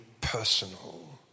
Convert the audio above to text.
personal